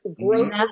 gross